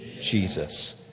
Jesus